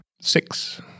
Six